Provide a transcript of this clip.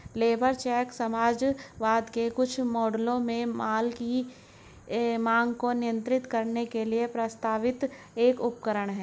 labour cheque समाजवाद के कुछ मॉडलों में माल की मांग को नियंत्रित करने के लिए प्रस्तावित एक उपकरण है